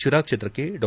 ಶಿರಾ ಕ್ಷೇತ್ರಕ್ಕೆ ಡಾ